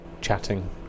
chatting